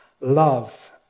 love